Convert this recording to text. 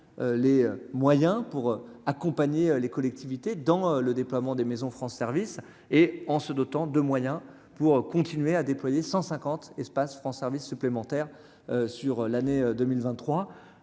les moyens pour accompagner les collectivités dans le déploiement des Maisons France service et en se dotant de moyens pour continuer à déployer 150 espace francs service supplémentaire sur l'année 2023